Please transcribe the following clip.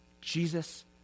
Jesus